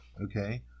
okay